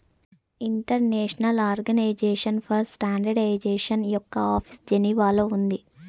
international organization for standardization యొక్క office జెనీవాలో ఉంది